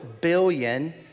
billion